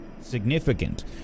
significant